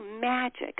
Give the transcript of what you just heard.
magic